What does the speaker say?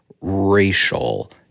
racial